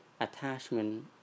Attachment